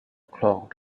clock